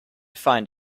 find